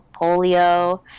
polio